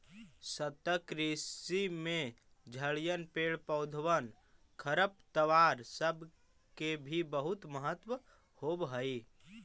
सतत कृषि में झड़िअन, पेड़ पौधबन, खरपतवार सब के भी बहुत महत्व होब हई